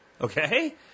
Okay